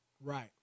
Right